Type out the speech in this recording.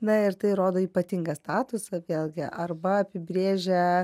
na ir tai rodo ypatingą statusą vėlgi arba apibrėžia